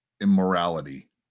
immorality